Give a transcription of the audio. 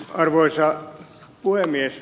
arvoisa puhemies